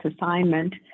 assignment